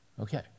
Okay